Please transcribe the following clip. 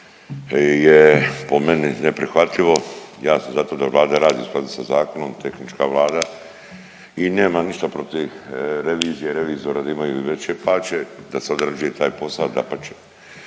je po meni neprihvatljivo, ja sam za to da Vlada radi u skladu sa zakonom, tehnička Vlada i nemam ništa protiv revizije i revizora da imaju i veće plaće, da se odrađuje taj posao, dapače,